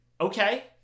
okay